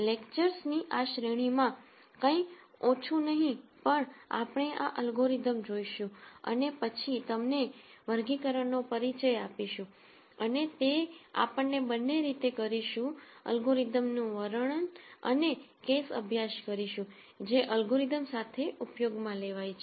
લેક્ચર્સની આ શ્રેણીમાં કંઇ ઓછું નહીં પણ આપણે આ એલ્ગોરિધમ જોઈશું અને પછી તેમને વર્ગીકરણનો પરિચય આપીશું અને તે આપણે બંને રીતે કરીશું એલ્ગોરિધમનું વર્ણન અને કેસ અભ્યાસ કરીશું જે એલ્ગોરિધમ સાથે ઉપયોગમાં લેવાય છે